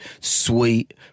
Sweet